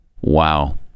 Wow